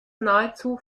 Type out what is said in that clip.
nahezu